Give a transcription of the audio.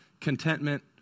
Contentment